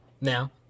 Now